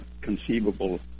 conceivable